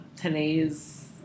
today's